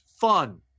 fun